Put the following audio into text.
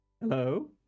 Hello